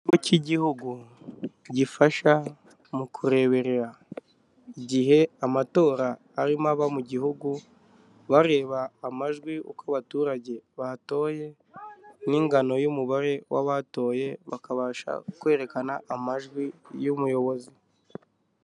Ikigo cy'igihugu gifasha mu kureberera igihe amatora arimo aba mu gihugu, bareba amajwi uko abaturage batoye n'ingano y'umubare w'abatoye bakabasha kwerekana amajwi y'umuyobozi.